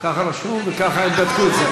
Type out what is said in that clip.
ככה רשמו וככה הם בדקו את זה.